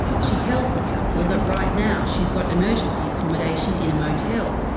she tells the council that right now she's got emergency accommodation in a motel,